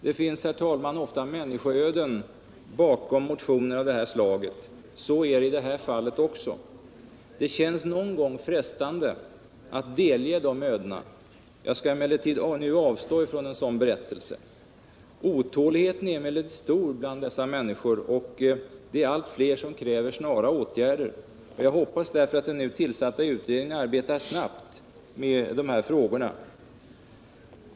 Det finns, herr talman, ofta människoöden bakom motioner av det här slaget. Så är det i detta fall också. Det känns någon gång frestande att delge kammaren dessa öden. Jag skall emellertid nu avstå från en sådan berättelse. Otåligheten är emellertid stor bland dessa människor, och allt fler kräver snara åtgärder. Jag hoppas därför att den nu tillsatta utredningen arbetar snabbt med dessa frågor.